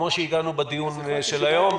כמו שהגענו בדיון של היום,